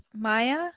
Maya